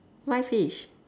why fish